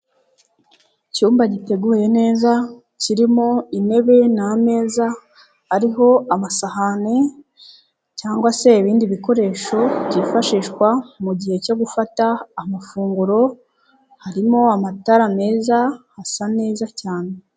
Icyumba giteguye neza kirimo intebe n'ameza ariho amasahani cyangwa se ibindi bikoresho byifashishwa mu gihe cyo gufata amafunguro, harimo amatara meza asa neza cyane.